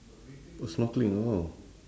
oh snorkeling oh